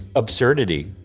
absurdity.